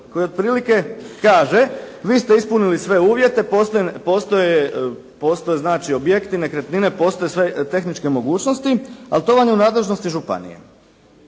koji otprilike kaže vi ste ispunili sve uvjete, postoje objekti, nekretnine, postoje sve tehničke mogućnosti, ali to vam je u nadležnosti županija.